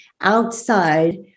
outside